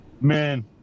man